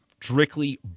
strictly